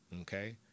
okay